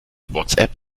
whatsapp